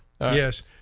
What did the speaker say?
Yes